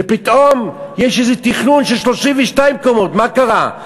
ופתאום יש איזה תכנון של 32 קומות, מה קרה?